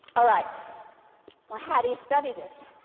all right, well, how do you study this?